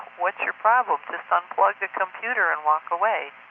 what's your problem? just unplug the computer and walk away.